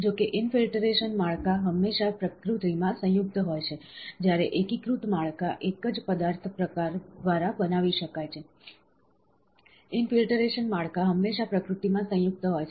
જો કે ઈનફિલ્ટરેશન માળખાં હંમેશા પ્રકૃતિમાં સંયુક્ત હોય છે જ્યારે એકીકૃત માળખાં એક જ પદાર્થ પ્રકાર દ્વારા બનાવી શકાય છે ઈનફિલ્ટરેશન માળખાં હંમેશા પ્રકૃતિમાં સંયુક્ત હોય છે